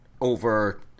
over